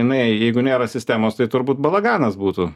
jinai jeigu nėra sistemos tai turbūt balaganas būtų